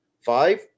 Five